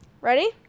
Ready